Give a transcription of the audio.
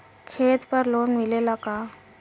खेत पर लोन मिलेला का?